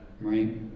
right